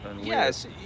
Yes